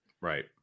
right